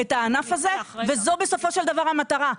הענף הזה, וזו בסופו של דבר המטרה.